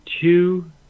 two